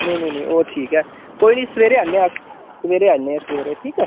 नेईं नेईं नेईं ओह् ठीक ऐ कोई निं सवेरे औन्ने आं अस सवेरे औन्ने आं सवेरे ठीक ऐ